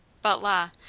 but la!